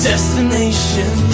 Destination